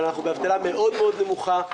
אבל אנחנו באבטלה מאוד נמוכה.